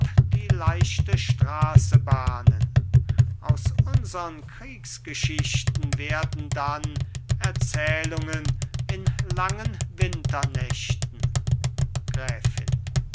die leichte straße bahnen aus unsern kriegsgeschichten werden dann erzählungen in langen winternächten gräfin